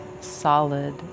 solid